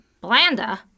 Blanda